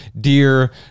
dear